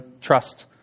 trust